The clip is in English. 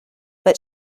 but